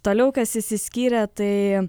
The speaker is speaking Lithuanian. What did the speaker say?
toliau kas išsiskyrė tai